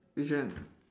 which one